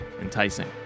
enticing